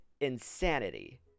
insanity